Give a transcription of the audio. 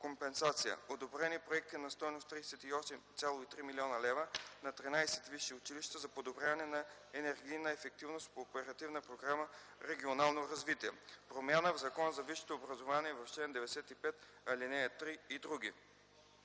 компенсация: одобрени проекти на стойност 38,3 млн. лв. на 13 висши училища за подобряване на енергийната ефективност по Оперативна програма „Регионално развитие”. Промяна в Закона за висшето образование в чл. 95, ал. 3 и др.